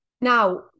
Now